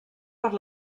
per